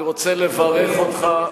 אני רוצה לברך אותך,